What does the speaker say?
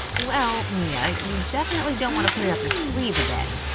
well, mia, you definitely don't want to put it up your sleeve again,